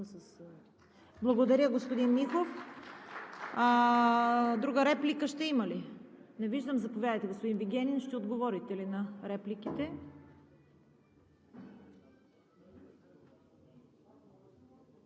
Благодаря, господин Михов. Друга реплика ще има ли? Не виждам. Заповядайте, господин Вигенин. Ще отговорите ли на репликите?